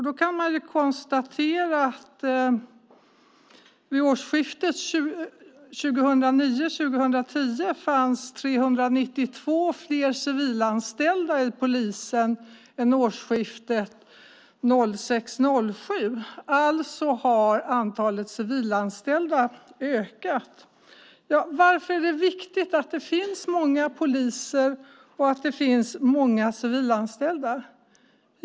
Det kan konstateras att det vid årsskiftet 2009 07. Alltså har antalet civilanställda ökat. Varför är det viktigt att det finns många poliser och många civilanställda?